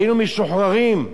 היינו משוחררים.